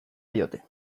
diote